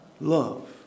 Love